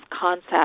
concept